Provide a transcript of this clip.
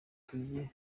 tujye